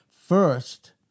First